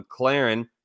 McLaren